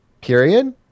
period